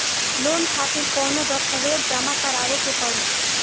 Loan खातिर कौनो दस्तावेज जमा करावे के पड़ी?